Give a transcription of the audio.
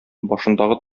башындагы